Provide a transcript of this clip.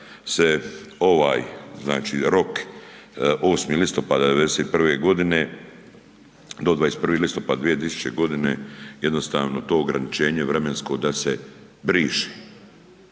se ovaj znači rok, 8. listopada 91. g. do 21. listopada 2000. g. jednostavno to ograničenje vremensko da se briše.